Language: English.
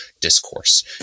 discourse